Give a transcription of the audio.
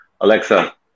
Alexa